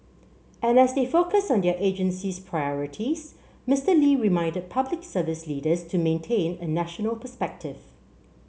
and as they focus on their agency's priorities Mister Lee reminded Public Service leaders to maintain a national perspective